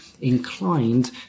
inclined